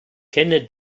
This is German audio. kenne